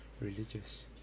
religious